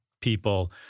people